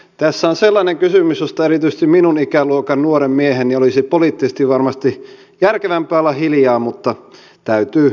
tässä on sellainen kysymys josta erityisesti minun ikäluokkani nuoren miehen olisi poliittisesti varmasti järkevämpää olla hiljaa mutta täytyy puhua